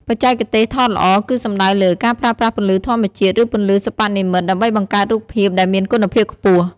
បច្ចេកទេសថតល្អ គឺសំដៅលើ ការប្រើប្រាស់ពន្លឺធម្មជាតិឬពន្លឺសិប្បនិមិត្តដើម្បីបង្កើតរូបភាពដែលមានគុណភាពខ្ពស់។